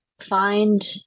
find